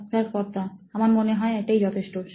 সাক্ষাৎকারকর্তা আমার মনে হয় এটাই যথেষ্ট